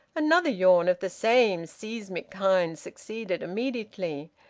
another yawn of the same seismic kind succeeded immediately,